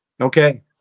okay